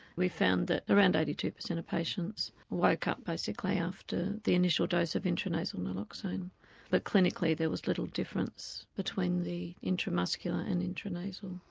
we found that around eighty two percent of patients woke up basically after the initial dose of intranasal naloxone but clinically there was little difference between the intramuscular and the intranasal.